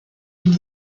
une